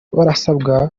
barasabwa